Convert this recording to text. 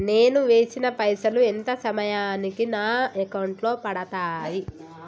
నేను వేసిన పైసలు ఎంత సమయానికి నా అకౌంట్ లో పడతాయి?